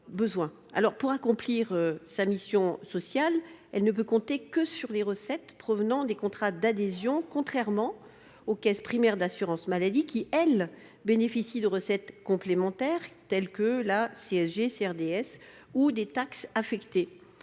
effet, pour accomplir sa mission sociale, la CFE ne peut compter que sur les recettes provenant des contrats d’adhésion, contrairement aux caisses primaires d’assurance maladie, qui bénéficient, quant à elles, de recettes complémentaires issues du produit de la CSG CRDS ou des taxes affectées.